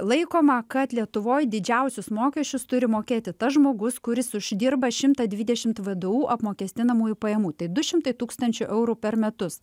laikoma kad lietuvoj didžiausius mokesčius turi mokėti tas žmogus kuris užsidirba šimtą dvidešimt vdu apmokestinamųjų pajamų tai du šimtai tūkstančių eurų per metus